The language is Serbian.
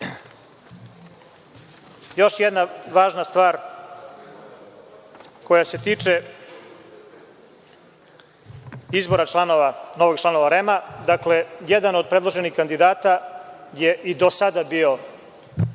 jedna važna stvar koja se tiče izbora novih članova REM-a. Dakle, jedan od predloženih kandidata je i do sada bio